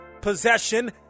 possession